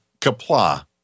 kapla